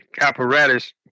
apparatus